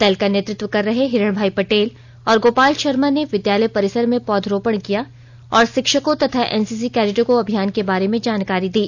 दल का नेतृत्व कर रहे हिरणभाई पटेल और गोपाल शर्मा ने विद्यालय परिसर में पौधरोपण किया और शिक्षकों तथा एनसीसी कैडेटों को अभियान के बारे में जानकारी दी